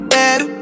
Better